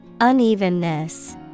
Unevenness